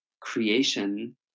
creation